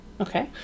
Okay